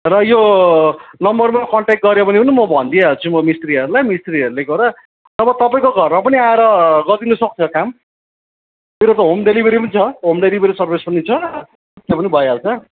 र यो नम्बरमा कन्ट्याक्ट गऱ्यो भने म भनिदिई हाल्छु म मिस्त्रीहरूलाई मिस्त्रीहरूले गएर नभए तपाईँको घरमा पनि आएर गरिदिनु सक्छ काम मेरो त होम डेलिभरी पनि छ होम डेलिभरी सर्विस पनि छ त्यो पनि भइहाल्छ